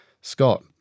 Scott